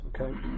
Okay